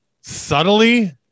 subtly